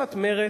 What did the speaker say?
קצת מרצ.